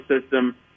system